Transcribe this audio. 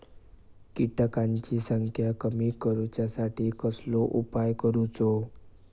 किटकांची संख्या कमी करुच्यासाठी कसलो उपाय करूचो?